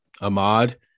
Ahmad